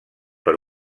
per